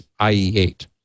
IE8